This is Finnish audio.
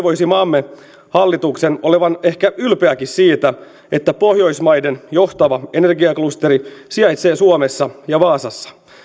toivoisi maamme hallituksen olevan ehkä ylpeäkin siitä että pohjoismaiden johtava energiaklusteri sijaitsee suomessa ja vaasassa